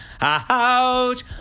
out